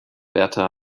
berta